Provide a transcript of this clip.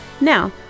Now